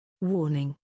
Warning